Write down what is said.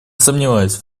сомневаюсь